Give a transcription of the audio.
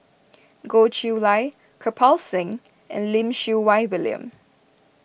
Goh Chiew Lye Kirpal Singh and Lim Siew Wai William